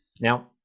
Now